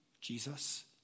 Jesus